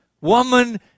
woman